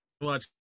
Watch